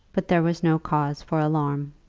but there was no cause for alarm.